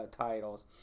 titles